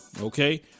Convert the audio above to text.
okay